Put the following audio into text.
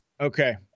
Okay